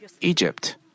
Egypt